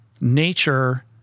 nature